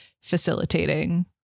facilitating